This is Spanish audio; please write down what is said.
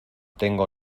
tengo